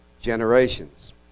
generations